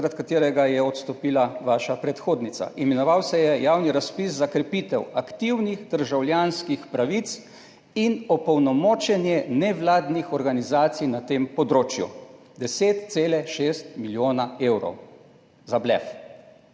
zaradi katerega je odstopila vaša predhodnica. Imenoval se je Javni razpis za krepitev aktivnih državljanskih pravic in opolnomočenje nevladnih organizacij na tem področju, 10,6 milijona evrov za blef.